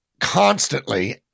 constantly